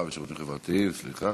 בשם שר הרווחה והשירותים החברתיים, סליחה.